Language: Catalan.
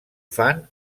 fan